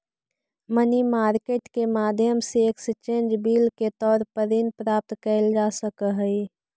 money market के माध्यम से एक्सचेंज बिल के तौर पर ऋण प्राप्त कैल जा सकऽ हई